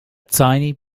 tiny